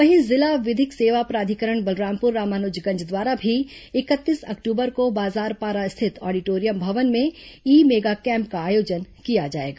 वहीं जिला विधिक सेवा प्राधिकरण बलरामपुर रामानुजगंज द्वारा भी इकतीस अक्टूबर को बाजार पारा स्थित ऑडिटोरियम भवन में ई मेगा कैम्प का आयोजन किया जाएगा